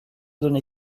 donné